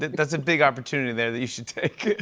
that's a big opportunity there that you should take.